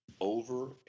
Over